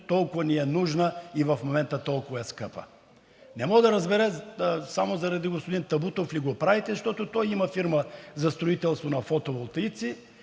толкова ни е нужна и в момента е толкова скъпа. Не мога да разбера, само заради господин Табутов ли го правите, защото той има фирма за строителство на фотоволтаици